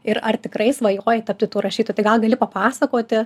ir ar tikrai svajojai tapti tuo rašytoju tai gal gali papasakoti